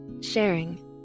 sharing